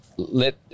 Let